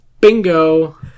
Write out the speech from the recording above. Bingo